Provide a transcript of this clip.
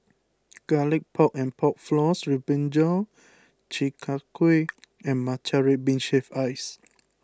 Garlic Pork and Pork Floss with Brinjal Chi Kak Kuih and Matcha Red Bean Shaved Ice